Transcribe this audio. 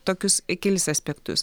tokius kelis aspektus